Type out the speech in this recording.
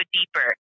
deeper